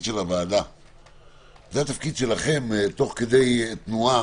הוועדה אלא התפקיד שלכם תוך כדי תנועה,